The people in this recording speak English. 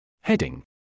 Heading